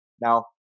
Now